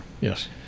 yes